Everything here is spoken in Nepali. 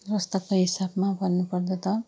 स्वास्थ्यको हिसाबमा भन्नु पर्दा त